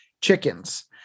chickens